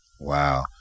Wow